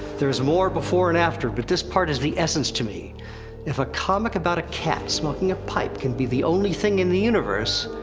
there is more before and after but this part in the essence to me if a comic about a cat smoking a pipe can be the only thing in the universe,